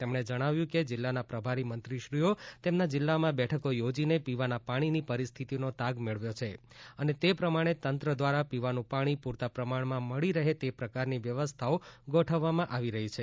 તેમણે જણાવ્યું કે જિલ્લાના પ્રભારી મંત્રીશ્રીઓએ તેમના જિલ્લામાં બેઠકો યોજીને પીવાના પાણીની પરિસ્થિતિનો તાગ મેળવ્યો છે અને તે પ્રમાણે તંત્ર દ્વારા પીવાનું પાણી પૂરતાં પ્રમાણમાં મળી રહે તે પ્રકારની વ્યવસ્થાઓ ગોઠવવામાં આવી રહી છે